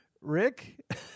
Rick